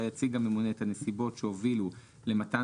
בה יציג הממונה את הנסיבות שהובילו למתן